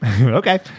Okay